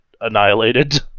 annihilated